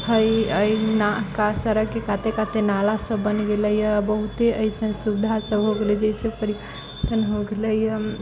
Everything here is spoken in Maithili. सड़कके काते काते नाला सभ बनि गेले है बहुते एसन सुविधा सभ हो गेलै जेहि से परिवर्तन हो गेलै है